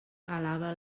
alaba